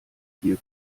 viel